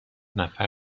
نفر